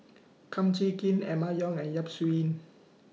Kum Chee Kin Emma Yong and Yap Su Yin